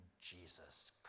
Jesus